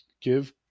give